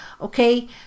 okay